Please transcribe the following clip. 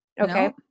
okay